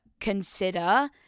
consider